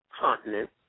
continent